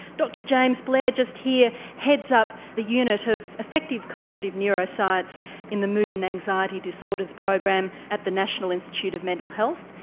dr james blair just here heads up the unit of effective cognitive neuroscience in the mood and anxiety disorders program at the national institute of mental health.